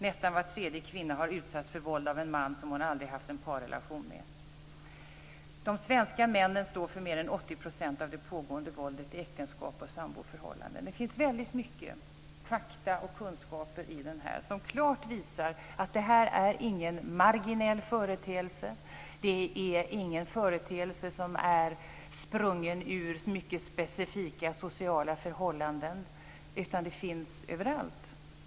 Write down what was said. Nästan var tredje kvinna har utsatts för våld av en man som hon aldrig haft en parrelation med. De svenska männen står för mer än 80 % av det pågående våldet i äktenskap och samboförhållanden. Det finns väldigt mycket fakta och kunskaper i den här som klart visar att det här inte är någon marginell företeelse, ingen företeelse som är sprungen ur mycket specifika sociala förhållanden, utan det finns överallt.